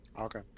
Okay